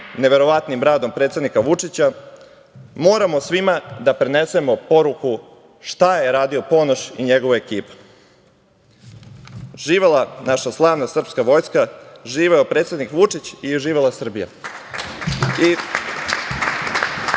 neverovatnim radom predsednika Vučića, moramo svima da prenesemo poruku šta je radio Ponoš i njegova ekipa. Živela naša slavna srpska vojska. Živeo predsednik Vučić i živela Srbija. Samo